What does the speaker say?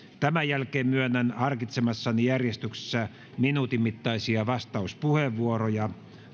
tämän jälkeen myönnän harkitsemassani järjestyksessä minuutin mittaisia vastauspuheenvuoroja